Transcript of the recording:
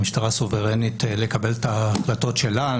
המשטרה סוברנית לקבל את ההחלטות שלה.